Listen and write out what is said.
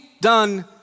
done